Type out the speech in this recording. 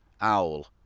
Owl